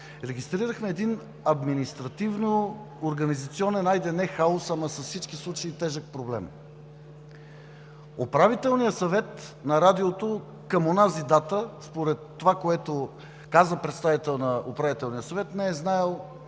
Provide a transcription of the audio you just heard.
регистрирахме един административно-организационен – хайде, не хаос, ама във всички случай тежък проблем. Управителният съвет на Радиото към онази дата, според това, което каза представител на Управителния съвет, не е знаел